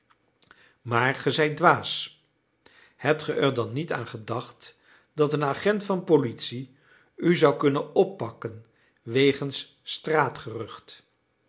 maar ge zijt dwaas hebt ge er dan niet aan gedacht dat een agent van politie u zou kunnen oppakken wegens